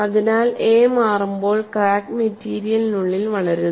അതിനാൽ എ മാറുമ്പോൾ ക്രാക്ക് മെറ്റീരിയലിനുള്ളിൽ വളരുന്നു